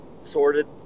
sorted